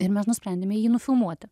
ir mes nusprendėme jį nufilmuoti